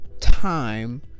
time